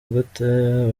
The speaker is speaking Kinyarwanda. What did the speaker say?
gute